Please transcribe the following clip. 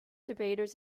debaters